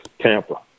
Tampa